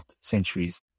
centuries